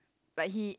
like he